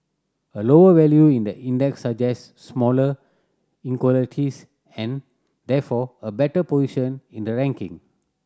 a lower value in the index suggests smaller and therefore a better position in the ranking